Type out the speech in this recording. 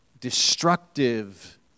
destructive